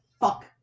fuck